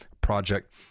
project